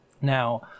Now